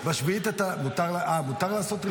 בשביעית מותר לעשות רישום?